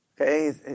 Okay